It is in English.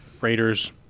Raiders